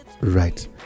right